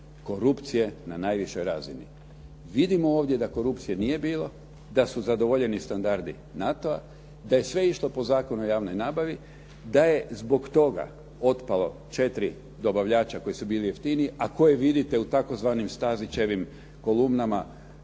korupcije na najvišoj razini. Vidimo ovdje da korupcije nije bilo, da su zadovoljeni standardi NATO-a, da je sve išlo po Zakonu o javnoj nabavi, da je zbog toga otpalo četiri dobavljača koji su bili jeftiniji a koje vidite u tzv. Stazićevim kolumnama